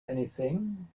anything